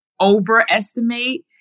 overestimate